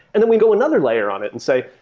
and then we go another layer on it and say,